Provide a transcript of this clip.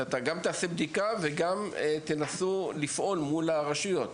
אתה גם תעשה בדיקה, וגם תנסו לפעול מול הרשויות.